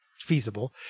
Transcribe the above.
feasible